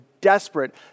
desperate